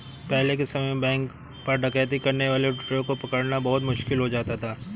पहले के समय में बैंक पर डकैती करने वाले लुटेरों को पकड़ना बहुत मुश्किल हो जाता था